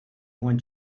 when